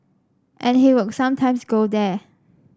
and he would sometimes go there